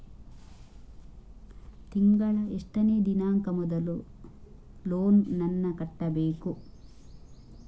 ತಿಂಗಳ ಎಷ್ಟನೇ ದಿನಾಂಕ ಮೊದಲು ಲೋನ್ ನನ್ನ ಕಟ್ಟಬೇಕು?